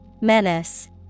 Menace